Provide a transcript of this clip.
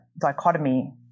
dichotomy